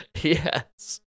Yes